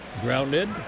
Grounded